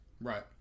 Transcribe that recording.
Right